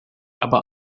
aber